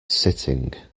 sitting